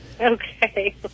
Okay